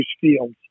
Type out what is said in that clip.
fields